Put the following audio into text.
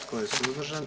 Tko je suzdržan?